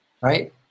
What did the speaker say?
right